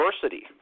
diversity